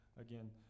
again